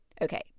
Okay